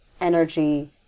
energy